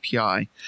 API